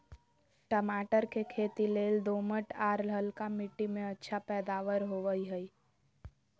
टमाटर के खेती लेल दोमट, आर हल्का मिट्टी में अच्छा पैदावार होवई हई